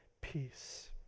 peace